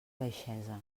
baixesa